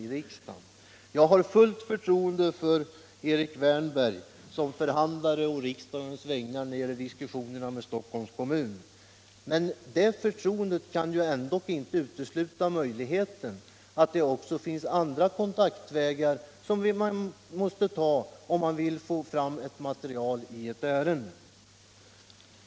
Jag har fullt förtroende för herr Wärnberg som förhandlare å riksdagens vägnar med Stockholms kommun. Men det förtroendet kan ändå inte utesluta möjligheten att det finns andra kontakter att pröva för att få fram material i ärendet.